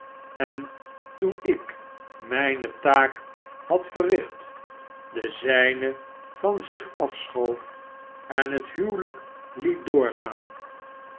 sterft toen ik mijne taak had verricht de zijne van zich afechoof en het huwelijk liet doorgaan